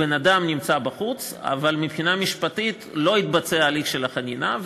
בן-אדם נמצא בחוץ אבל מבחינה משפטית לא התבצע הליך של החנינה,